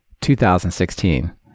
2016